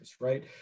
right